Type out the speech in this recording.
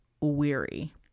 weary